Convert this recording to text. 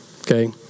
Okay